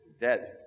Dead